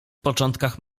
początkach